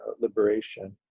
liberation